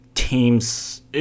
teams